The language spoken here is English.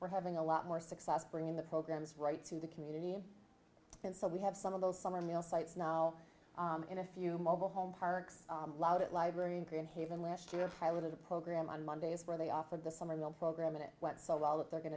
we're having a lot more success bringing the programs right to the community and so we have some of those summer meal sites now in a few mobile home parks allowed at library and korean haven last year if i would have a program on mondays where they offered the summer little program and it went so well that they're going